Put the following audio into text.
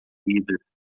vidas